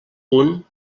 punt